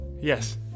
Yes